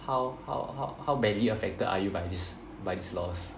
how how how how badly affected are you by this by this loss